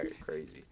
crazy